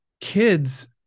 kids